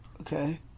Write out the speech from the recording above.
Okay